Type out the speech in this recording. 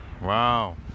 wow